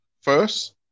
first